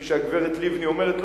כפי שהגברת לבני אומרת,